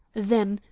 then,